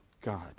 God